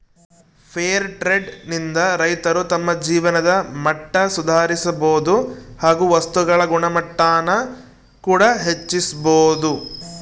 fair trade ನಿಂದ ರೈತರು ತಮ್ಮ ಜೀವನದ ಮಟ್ಟ ಸುಧಾರಿಸಬೋದು ಹಾಗು ವಸ್ತುಗಳ ಗುಣಮಟ್ಟಾನ ಕೂಡ ಹೆಚ್ಚಿಸ್ಬೋದು